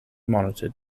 monitored